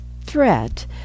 threat